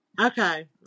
Okay